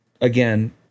again